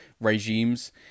regimes